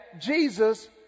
Jesus